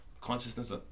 Consciousness